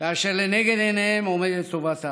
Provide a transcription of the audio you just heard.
כאשר לנגד עיניהם עומדת טובת העם.